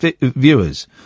viewers